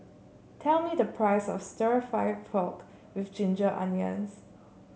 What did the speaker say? tell me the price of stir fry pork with Ginger Onions